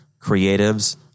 creatives